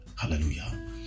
Hallelujah